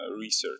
research